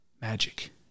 magic